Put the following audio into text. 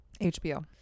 HBO